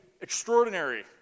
extraordinary